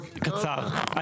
דרור בוימל קצר.